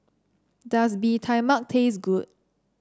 does Bee Tai Mak taste good